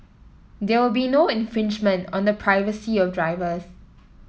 there will be no infringement on the privacy of drivers